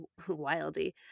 wildy